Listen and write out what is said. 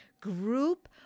group